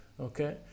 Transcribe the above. okay